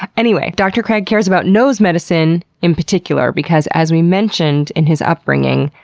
anyway, dr. craig cares about nose medicine in particular, because as we mentioned in his upbringing,